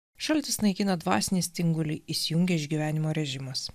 šaltis naikina dvasinį stingulį įsijungia išgyvenimo režimas